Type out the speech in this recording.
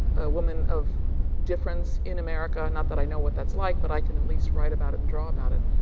a woman of difference in america, not that i know what that's like, but i can at least write about it and draw about it.